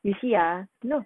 you see ah no